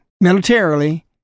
militarily